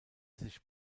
sich